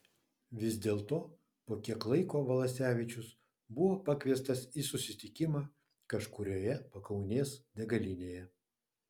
vis dėlto po kiek laiko valasevičius buvo pakviestas į susitikimą kažkurioje pakaunės degalinėje